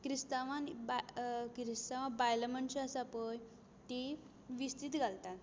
क्रिस्तांवान बा क्रिस्तांव बायल मनशां आसा पळय तीं व्हिस्तीद घालतान